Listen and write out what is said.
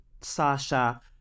Sasha